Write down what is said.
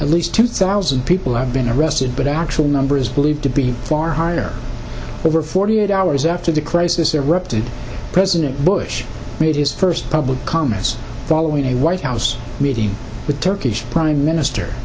at least two thousand people have been arrested but actual number is believed to be far higher over forty eight hours after the crisis erupted president bush made his first public comments following a white house meeting with turkish prime minister